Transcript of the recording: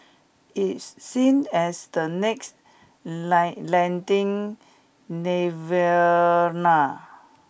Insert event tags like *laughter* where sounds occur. it's seen as the next *unintelligible* lending nirvana